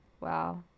wow